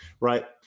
Right